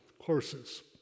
courses